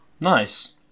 Nice